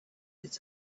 its